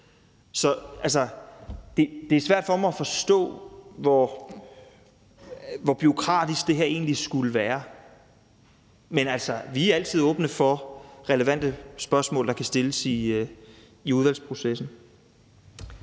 Så det er svært for mig at forstå, hvor bureaukratisk det her egentlig skulle være. Men altså, vi er altid åbne for relevante spørgsmål, der kan stilles i udvalgsprocessen.